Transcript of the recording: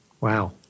Wow